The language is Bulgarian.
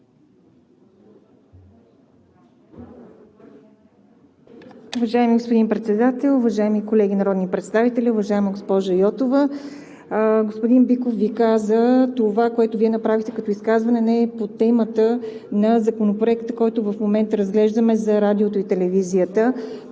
Уважаеми господин Председател, уважаеми колеги народни представители! Уважаема госпожо Йотова, господин Биков Ви каза – това, което Вие направихте като изказване, не е по темата на Законопроекта, който в момента разглеждаме – за радиото и телевизията.